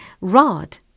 Rod